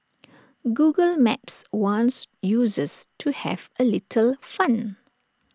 Google maps wants users to have A little fun